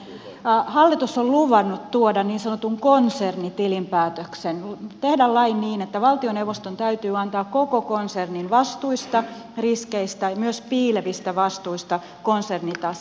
hallitus on luvannut tuoda niin sanotun konsernitilinpäätöksen tehdä lain niin että valtioneuvoston täytyy antaa koko konsernin vastuista riskeistä ja myös piilevistä vastuista konsernitase